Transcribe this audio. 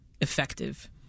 effective